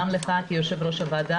גם לך כיו"ר הוועדה,